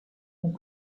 una